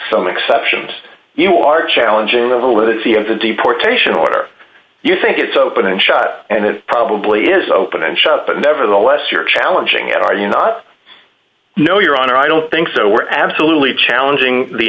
some exceptions you are challenging the validity of the deportation order you think it's open and shut and it probably is open and shut but nevertheless you're challenging are you not no your honor i don't think so we're absolutely challenging the